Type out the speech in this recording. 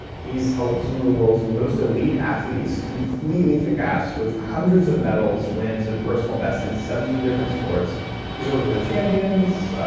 he's helped some of the world's most elite athletes completely kick ass with hundreds of medals, wins and personal bests in seventeen different sports he's worked with champions,